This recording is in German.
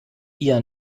ihr